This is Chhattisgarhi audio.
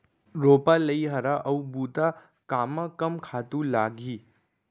रोपा, लइहरा अऊ बुता कामा कम खातू लागही?